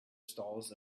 stalls